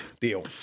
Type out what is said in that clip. Deal